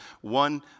one